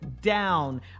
down